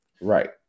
Right